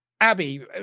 Abby